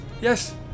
Yes